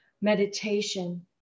meditation